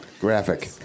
Graphic